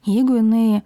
jeigu jinai